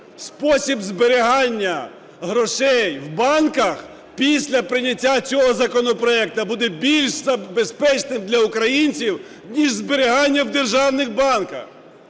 спосіб зберігання грошей в банках після прийняття цього законопроекту буде більш безпечним для українців, ніж зберігання в державних банках.